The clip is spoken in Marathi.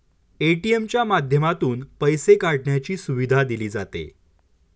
ए.टी.एम च्या माध्यमातून पैसे काढण्याची सुविधा दिली जाते